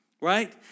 right